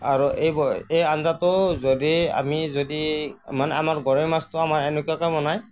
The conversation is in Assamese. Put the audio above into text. আৰু এই এই আঞ্জাটো যদি আমি যদি মানে আমাৰ গৰৈ মাছটো আমাৰ এনেকুৱাকৈ বনাই